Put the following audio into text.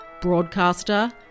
broadcaster